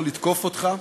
לא לתקוף אותך,